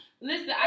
Listen